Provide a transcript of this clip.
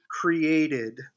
created